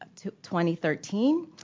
2013